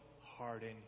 harden